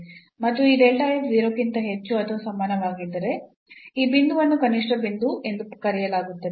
ಮತ್ತು ಈ 0 ಕ್ಕಿಂತ ಹೆಚ್ಚು ಅಥವಾ ಸಮಾನವಾಗಿದ್ದರೆ ಈ ಬಿಂದುವನ್ನು ಕನಿಷ್ಠ ಬಿಂದು ಎಂದು ಕರೆಯಲಾಗುತ್ತದೆ